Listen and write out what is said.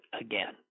again